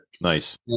Nice